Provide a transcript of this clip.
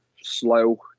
slow